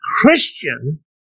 Christian